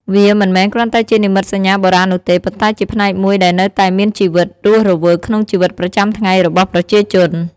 វាមិនមែនគ្រាន់តែជានិមិត្តសញ្ញាបុរាណនោះទេ ប៉ុន្តែជាផ្នែកមួយដែលនៅតែមានជីវិតរស់រវើកក្នុងជីវិតប្រចាំថ្ងៃរបស់ប្រជាជន។